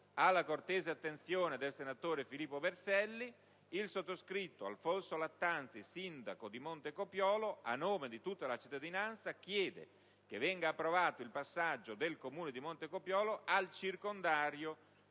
all'attenzione del senatore Filippo Berselli: «Il sottoscritto Alfonso Lattanzi, sindaco di Montecopiolo, a nome di tutta la cittadinanza, chiede che venga approvato il passaggio del Comune di Montecopiolo al circondario